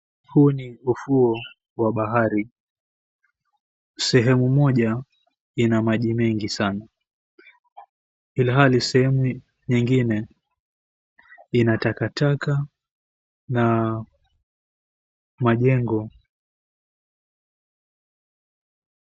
Huu ni ufuo wa bahari, sehumu moja ina maji mengi sana ilihali sehumu ingine ina takataka na majengo.